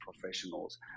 professionals